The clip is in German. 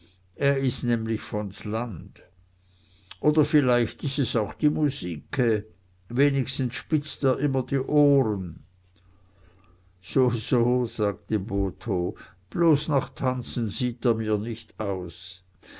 er is nämlich von s land oder vielleicht is es auch die musike wenigstens spitzt er immer die ohren so so sagte botho bloß nach tanzen sieht er mir nicht aus